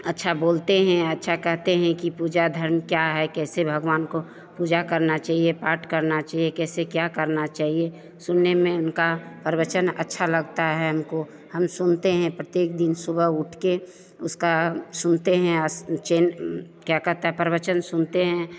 अच्छा बोलते हैं अच्छा कहते हैं कि पूजा धर्म क्या है कैसे भगवान को पूजा करना चाहिए पाठ करना चाहिए कैसे क्या करना चाहिए सुनने में उनका प्रवचन अच्छा लगता है हमको हम सुनते हैं प्रत्येक दिन सुबह उठ कर उसका सुनते हैं चैन क्या कहता है प्रवचन सुनते हैं